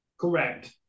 correct